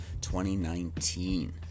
2019